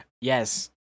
Yes